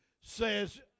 says